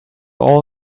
all